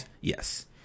yes